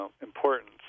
importance